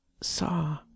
saw